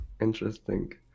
Interesting